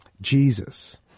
Jesus